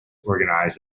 organized